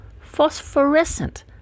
phosphorescent